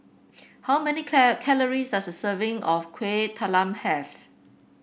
how many calories does a serving of Kueh Talam have